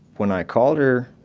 when i called her,